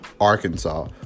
Arkansas